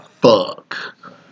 Fuck